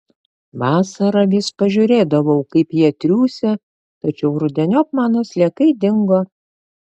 vasarą vis pažiūrėdavau kaip jie triūsia tačiau rudeniop mano sliekai dingo